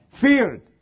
feared